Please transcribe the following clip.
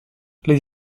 les